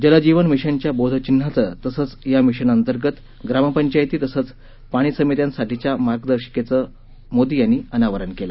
जलजीवन मिशनच्या बोधचिन्हाचं तसंच या मिशनअंतर्गत ग्रामपंचायती तसंच पाणी समित्यांसाठीच्या मार्गदर्शिकेचंही मोदी यांनी अनावरण केल